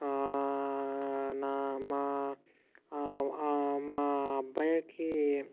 మా అబ్బాయికి